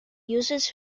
uses